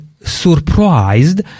Surprised